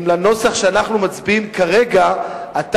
אם בנוסח שאנחנו מצביעים עליו כרגע אתה,